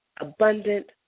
Abundant